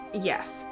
Yes